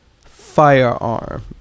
Firearm